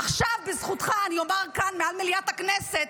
עכשיו, בזכותך אני אומר כאן, מעל מליאת הכנסת,